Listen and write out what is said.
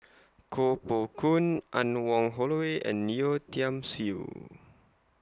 Koh Poh Koon Anne Wong Holloway and Yeo Tiam Siew